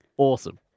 Awesome